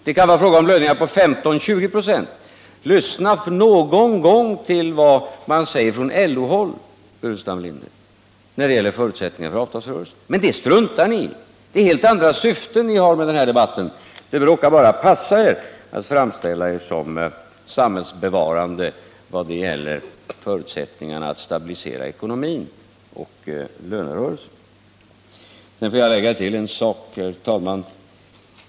Det kan bli fråga om lönehöjningar på 15-20 ",. Lyssna någon gång på vad man säger från LO-håll, herr Burenstam Linder, när det gäller avtalsrörelsens förutsättningar! Men det struntar ni moderater i. Ni har helt andra syften med denna debatt. Det råkar bara passa er att framställa er såsom samhällsbevarare när det gäller förutsättningarna för att stabilisera ekonomin och lönerörelsen. Jag vill lägga till en sak, herr talman.